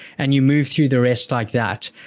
and you move through the rest like that.